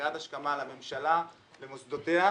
קריאת השכמה לממשלה ולמוסדותיה,